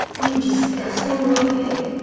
you disgusting little pig.